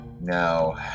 now